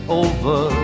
over